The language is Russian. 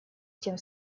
тем